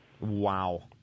Wow